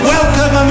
Welcome